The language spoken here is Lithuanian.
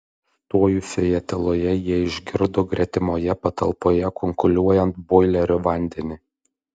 stojusioje tyloje jie išgirdo gretimoje patalpoje kunkuliuojant boilerio vandenį